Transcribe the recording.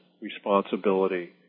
responsibility